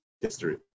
history